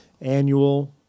annual